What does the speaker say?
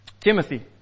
Timothy